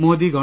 മോദി ഗവ